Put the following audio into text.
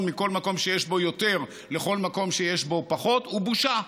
מכל מקום שיש בו יותר לכל מקום שיש בו פחות היא בושה.